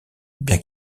bien